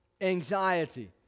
Anxiety